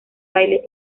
baile